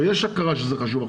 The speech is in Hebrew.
ויש הכרה שזה חשוב,